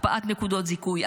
הקפאת נקודות זיכוי,